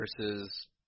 versus